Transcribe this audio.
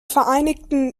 vereinigten